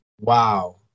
Wow